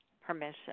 Permission